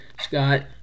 Scott